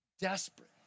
Desperate